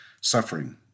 suffering